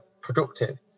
productive